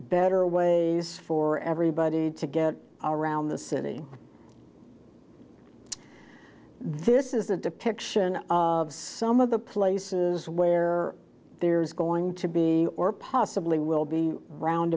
better ways for everybody to get around the city this is a depiction of some of the places where there's going to be or possibly will be round